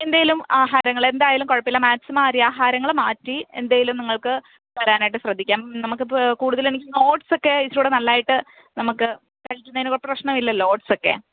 എന്തേലും ആഹാരങ്ങൾ എന്തായാലും കുഴപ്പമില്ല മാക്സിമം അരിയാഹാരങ്ങൾ മാറ്റി എന്തേലും നിങ്ങൾക്ക് തരാനായിട്ട് ശ്രദ്ധിക്കാം നമുക്ക് ഇപ്പോൾ കൂടുതലും ഈ ഓട്ട്സൊക്കെ ഇച്ചിരിയും കൂടെ നല്ലതായിട്ട് നമുക്ക് ഹെൽത്തിന് ഒക്കെ പ്രശ്നമില്ലല്ലോ ഓട്ട്സൊക്കെ